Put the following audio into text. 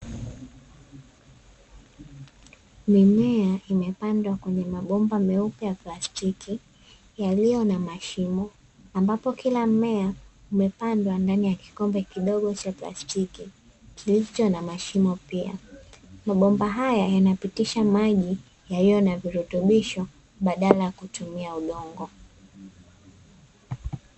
Mimea imepandwa kwenye mabomba meupe ya plastiki, yaliyo na mashimo, ambapo kila mmea umepandwa ndani ya kikombe cha plastiki kilicho na mashimo pia. Mabomba haya yanapitisha maji yaliyo na virutubisho badala ya kutumia udongo.